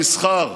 במסחר,